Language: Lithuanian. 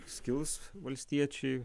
skils valstiečiai